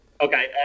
Okay